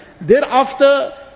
Thereafter